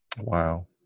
Wow